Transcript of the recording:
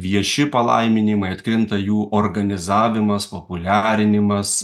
vieši palaiminimai atkrinta jų organizavimas populiarinimas